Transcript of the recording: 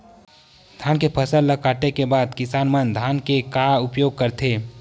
धान के फसल ला काटे के बाद किसान मन धान के का उपयोग करथे?